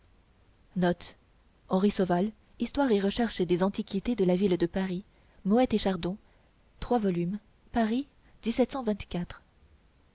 histoire et recherche des antiquités de la ville de paris moette et chardon trois volumes paris